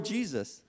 Jesus